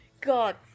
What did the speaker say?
God